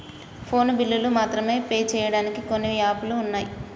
phone బిల్లులు మాత్రమే pay చెయ్యడానికి కొన్ని యాపులు వున్నయ్